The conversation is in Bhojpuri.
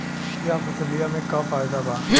यह फसलिया में का फायदा बा?